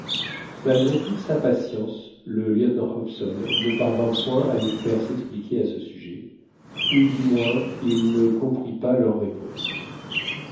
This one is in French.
malgré toute sa patience le lieutenant hobson ne parvint point à les faire s'expliquer à ce sujet ou du moins il ne comprit pas leurs réponses